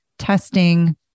Testing